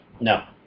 No